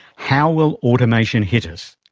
how will automation hit us?